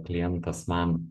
klientas man